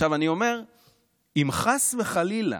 עכשיו, אני אומר שאם חס וחלילה